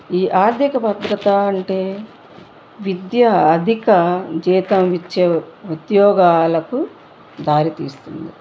ఈ ఆర్ధిక భద్రత అంటే విద్య ఆర్థిక జీతం ఇచ్చే ఉద్యోగాలకు దారి తీస్తుంది